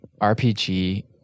RPG